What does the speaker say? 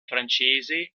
francese